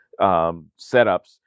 setups